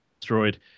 destroyed